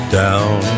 down